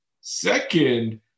Second